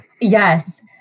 Yes